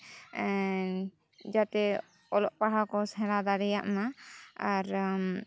ᱡᱟᱛᱮ ᱚᱞᱚᱜ ᱯᱟᱲᱦᱟᱣ ᱠᱚ ᱥᱮᱬᱟ ᱫᱟᱲᱮᱭᱟᱜ ᱢᱟ ᱟᱨ